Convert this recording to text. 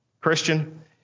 Christian